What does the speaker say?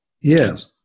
Yes